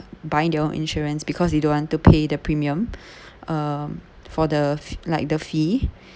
buying their own insurance because they don't want to pay the premium um for the like the fee